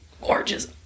gorgeous